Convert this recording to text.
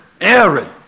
Aaron